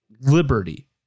liberty